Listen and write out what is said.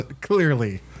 clearly